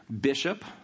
bishop